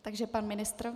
Takže pan ministr.